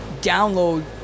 download